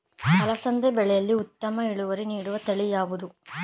ಅಲಸಂದಿ ಬೆಳೆಯಲ್ಲಿ ಉತ್ತಮ ಇಳುವರಿ ನೀಡುವ ತಳಿ ಯಾವುದು?